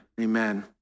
Amen